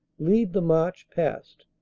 lead the march past,